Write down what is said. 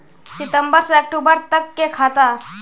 सितम्बर से अक्टूबर तक के खाता?